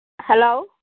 hello